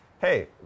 hey